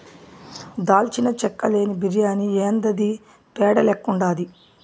దాల్చిన చెక్క లేని బిర్యాని యాందిది పేడ లెక్కుండాది